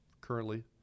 currently